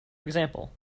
example